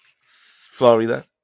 Florida